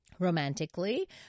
romantically